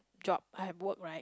job I have work right